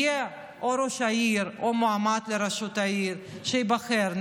יגיע או ראש עיר או מועמד לראשות העיר שייבחר,